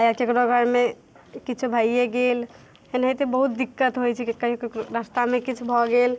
या ककरो घरमे किछु भइए गेल एनाहिते बहुत दिक्कत होइ छै ककरो रस्तामे किछु भऽ गेल